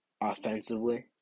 offensively